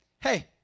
hey